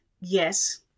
yes